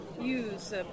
use